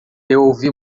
ouvi